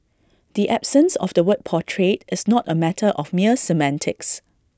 the absence of the word portrayed is not A matter of mere semantics